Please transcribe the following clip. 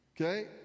Okay